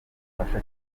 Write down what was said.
ubufasha